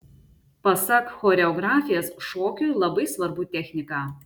pasak choreografės šokiui labai svarbu technika